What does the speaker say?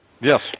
Yes